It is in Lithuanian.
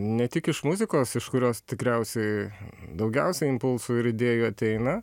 ne tik iš muzikos iš kurios tikriausiai daugiausia impulsų ir idėjų ateina